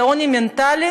זה עוני מנטלי,